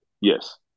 Yes